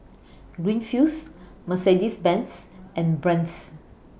Greenfields Mercedes Benz and Brand's